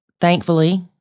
Thankfully